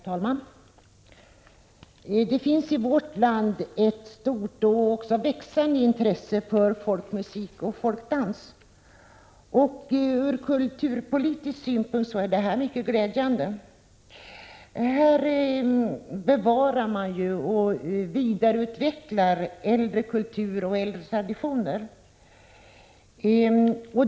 Herr talman! Det finns i vårt land ett stort och växande intresse för folkmusik och folkdans, och ur kulturpolitisk synpunkt är det mycket glädjande. Här bevaras och vidareutvecklas äldre kultur och äldre traditioner.